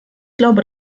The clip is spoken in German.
glaube